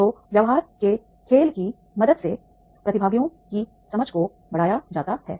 तो व्यापार के खेल की मदद से प्रतिभागियों की समझ को बढ़ाया जाता है